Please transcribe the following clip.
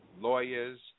lawyers